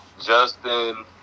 Justin –